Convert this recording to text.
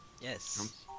Yes